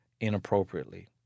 inappropriately